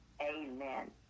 Amen